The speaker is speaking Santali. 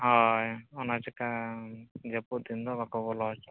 ᱦᱚᱭ ᱚᱱᱟ ᱪᱮᱠᱟᱢ ᱡᱟᱹᱯᱩᱫ ᱫᱤᱱᱫᱚ ᱵᱟᱠᱚ ᱵᱚᱞᱚ ᱚᱪᱚᱜᱼᱟ